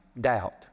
doubt